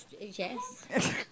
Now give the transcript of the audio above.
Yes